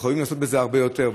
אנחנו מחויבים לעשות בזה הרבה יותר.